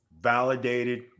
Validated